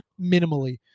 minimally